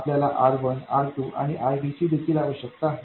आपल्याला R1 R2 आणि RD ची देखील आवश्यकता आहे